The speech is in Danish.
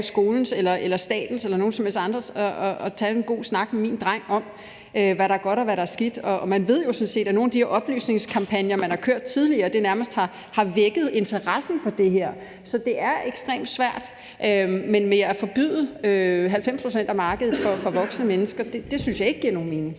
skolens eller statens eller nogen som helst andres ansvar at tage en god snak med min dreng om, hvad der er godt, og hvad der er skidt. Og man ved sådan set, at nogle af de her oplysningskampagner, man har kørt tidligere, nærmest har vækket interessen for det her. Så det er ekstremt svært. Men at forbyde 90 pct. af markedet for voksne mennesker synes jeg ikke giver nogen mening.